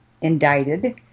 indicted